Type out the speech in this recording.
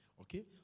Okay